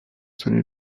tenus